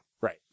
Right